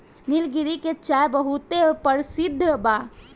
निलगिरी के चाय बहुते परसिद्ध बा